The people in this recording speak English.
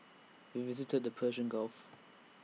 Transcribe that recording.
we visited the Persian gulf